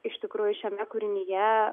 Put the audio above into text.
iš tikrųjų šiame kūrinyje